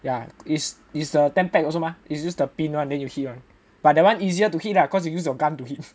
ya is is the ten peg also mah it's use the pin [one] then you hit [one] but that one easier to hit ah cause you use your gun to hit